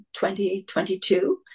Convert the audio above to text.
2022